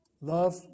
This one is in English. Love